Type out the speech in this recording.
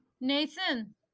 Nathan